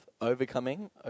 overcoming